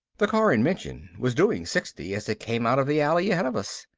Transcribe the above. the car in mention was doing sixty as it came out of the alley ahead of us.